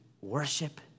worship